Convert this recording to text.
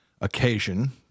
occasion